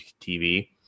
TV